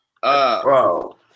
Bro